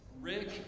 Rick